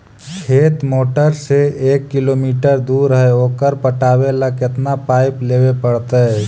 खेत मोटर से एक किलोमीटर दूर है ओकर पटाबे ल केतना पाइप लेबे पड़तै?